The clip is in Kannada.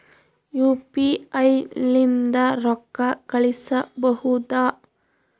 ಯು.ಪಿ.ಐ ಲಿಂದ ರೊಕ್ಕ ಕಳಿಸಬಹುದಾ?